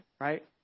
Right